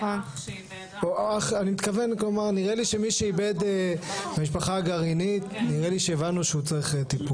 נראה לי שהבנו שמי שאיבד בן משפחה במשפחה גרעינית צריך טיפול.